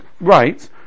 right